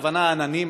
והכוונה לעננים,